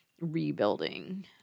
rebuilding